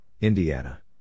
Indiana